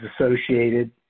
associated